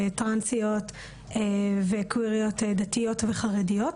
טרנסיות וקוויריות דתיות וחרדיות.